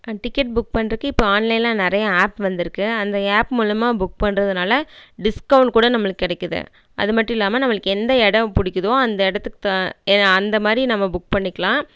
ஆ ticket book பண்ணுறக்கு இப்போ ஆன்லைனில் நிறையா ஆப் வந்துருக்கு அந்த ஏப் மூலமா புக் பண்ணுறதுனால டிஸ்கௌன்ட் கூட நம்மளுக்கு கிடைக்கிது அது மட்டும் இல்லாமல் நம்மளுக்கு எந்த இடம் பிடிக்கிதோ அந்த இடத்துக்கு த ஏ ஆ அந்த மாரி நம்ம புக் பண்ணிக்கலாம்